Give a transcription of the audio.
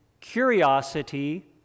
curiosity